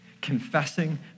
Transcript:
confessing